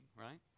right